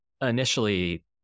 initially